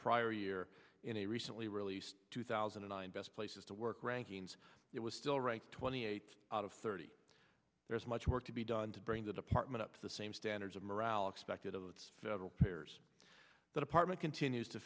prior year in a recently released two thousand and nine best places to work rankings it was still ranked twenty eight out of thirty there's much work to be done to bring the department up to the same standards of morale expected of that's pairs the department continues to